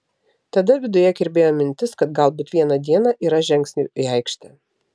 tada viduje kirbėjo mintis kad galbūt vieną dieną ir aš žengsiu į aikštę